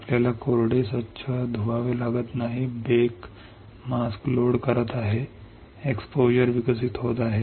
आपल्याला कोरडे स्वच्छ धुवावे लागत नाही बेक मास्क लोड करत आहे एक्सपोजर विकसित होत आहे